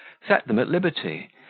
set them at liberty,